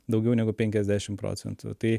daugiau negu penkiasdešim procentų tai